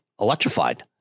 electrified